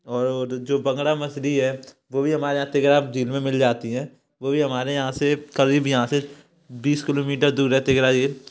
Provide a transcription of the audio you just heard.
और जो बंगड़ा मछली है वो भी हमारे यहाँ तिगरा झील में मिल जाती हैं वो भी हमारे यहाँ से करीब यहाँ से बीस किलोमीटर दूर है तिगरा झील